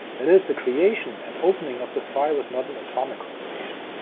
that is, the creation and opening of the file was not an atomic operation.